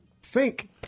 sink